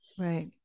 Right